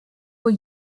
wohl